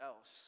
else